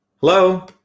Hello